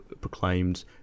proclaimed